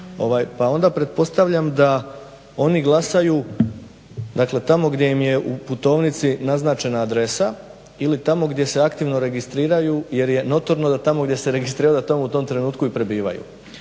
Pa onda pretpostavljam da oni glasaju dakle tamo gdje im je u putovnici naznačena adresa ili tamo gdje se aktivno registriraju jer je notorno da se tamo gdje se registrirao da tamo u tom trenutku i prebivaju.